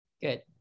Good